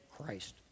Christ